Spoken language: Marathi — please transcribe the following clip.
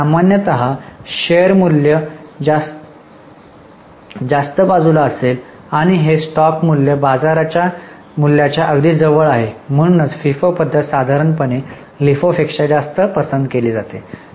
तर सामान्यत शेअर मूल्य जास्त बाजूला असेल आणि हे स्टॉक मूल्य बाजारा च्या मूल्याच्या अगदी जवळ आहे म्हणूनच फिफो पद्धत साधारणपणे लिफोपेक्षा जास्त पसंत केली जाते